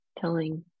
telling